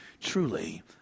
truly